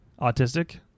autistic